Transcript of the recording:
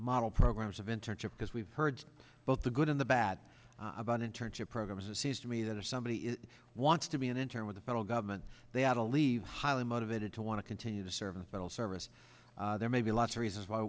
model programs of internship because we've heard both the good in the bad about internship programs of seems to me that or somebody it wants to be an intern with the federal government they ought to leave highly motivated to want to continue to serve in the federal service there may be a lot of reasons why